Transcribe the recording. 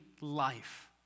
life